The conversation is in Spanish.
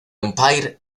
empire